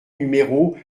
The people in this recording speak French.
numéro